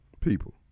people